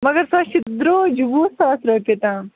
مگر سۅ چھِ درٛۅج وُہ ساس رۄپیہِ تام